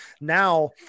Now